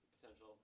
potential